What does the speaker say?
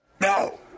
No